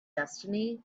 destiny